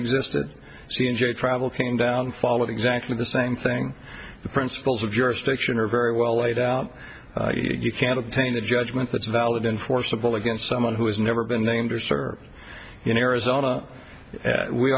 existed seen jet travel came down followed exactly the same thing the principles of jurisdiction are very well laid out you can't obtain a judgment that's valid enforceable against someone who has never been named or served in arizona we